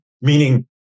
Meaning